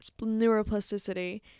neuroplasticity